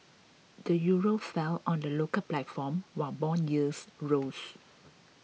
the Euro fell on the local platform while bond yields rose